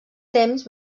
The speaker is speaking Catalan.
temps